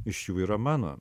iš jų yra mano